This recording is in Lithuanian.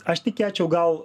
aš tikėčiau gal